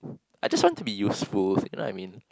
I just want to be useful you know what I mean